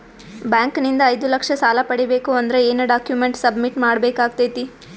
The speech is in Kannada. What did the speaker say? ಬ್ಯಾಂಕ್ ನಿಂದ ಐದು ಲಕ್ಷ ಸಾಲ ಪಡಿಬೇಕು ಅಂದ್ರ ಏನ ಡಾಕ್ಯುಮೆಂಟ್ ಸಬ್ಮಿಟ್ ಮಾಡ ಬೇಕಾಗತೈತಿ?